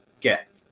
get